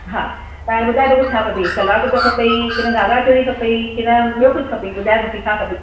हा त हाणे ॿुधाए तोखे छा खपे सलवार कुर्तो खपेई की न घाघरा चोली खपेई की न ॿियो कुझु खपे ॿुधाय मूंखे छा खपे